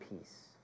peace